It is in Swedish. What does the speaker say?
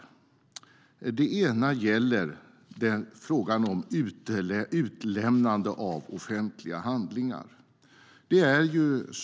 Till att börja med gäller det frågan om utlämnande av offentliga handlingar.